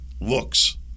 Looks